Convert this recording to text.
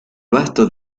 vasto